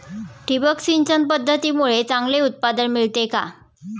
ठिबक सिंचन पद्धतीमुळे चांगले उत्पादन मिळते का?